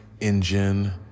engine